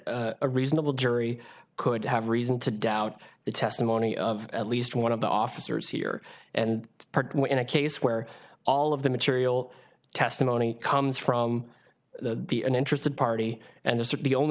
that a reasonable jury could have reason to doubt the testimony of at least one of the officers here and part in a case where all of the material testimony comes from an interested party and assert the only